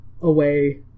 away